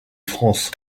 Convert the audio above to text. france